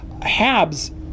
HABs